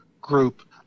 group